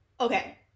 Okay